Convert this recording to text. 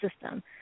system